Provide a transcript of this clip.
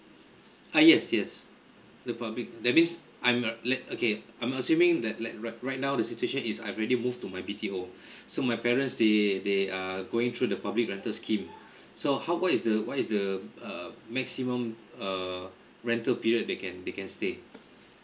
uh yes yes the public that means I'm let okay I'm assuming that let right right now the situation is I already move to my B_T_O so my parents they they are going through the public rental scheme so how what is the what is the uh maximum err rental period they can they can stay